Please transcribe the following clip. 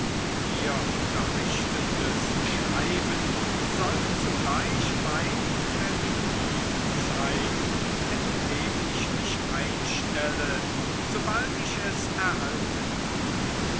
ihr unterrichtendes schreiben soll zugleich mein kreditiv sein mit dem ich mich einstelle sobald ich es erhalten habe